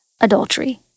Adultery